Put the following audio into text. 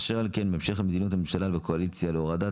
אשר על כן בהמשך למדיניות הממשלה והקואליציה להורדת